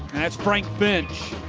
that's frank finch.